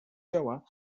ciała